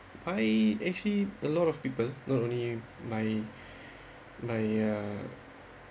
I actually a lot of people not only my my ya ya